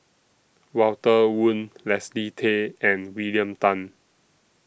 Walter Woon Leslie Tay and William Tan